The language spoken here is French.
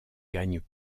gagne